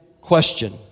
question